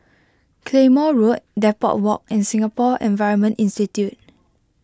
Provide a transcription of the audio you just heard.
Claymore Road Depot Walk and Singapore Environment Institute